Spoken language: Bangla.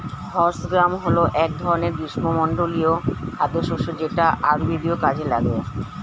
হর্স গ্রাম হল এক ধরনের গ্রীষ্মমণ্ডলীয় খাদ্যশস্য যেটা আয়ুর্বেদীয় কাজে লাগে